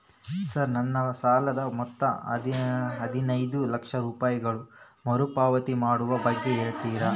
Sir ನನ್ನ ಸಾಲದ ಮೊತ್ತ ಹದಿನೈದು ಲಕ್ಷ ರೂಪಾಯಿಗಳು ಮರುಪಾವತಿ ಮಾಡುವ ಬಗ್ಗೆ ಹೇಳ್ತೇರಾ?